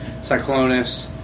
Cyclonus